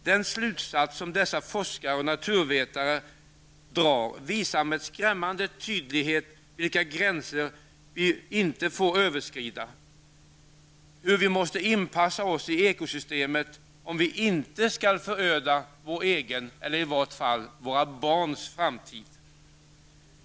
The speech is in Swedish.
Den slutsats som dessa forskare och naturvetare drar visar med skrämmande tydlighet vilka gränser vi inte får överskrida och hur vi måste inpassa oss i ekosystemet om vi inte skall föröda vår egen eller i varje fall inte våra barns framtid.